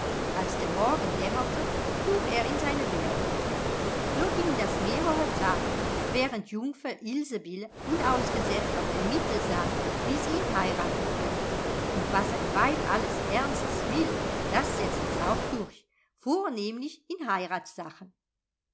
als der morgen dämmerte fuhr er in seine berge so ging das mehrere tage während jungfer ilsebill unausgesetzt auf ein mittel sann wie sie ihn heiraten könne und was ein weib alles ernstes will das setzt es auch durch vornehmlich in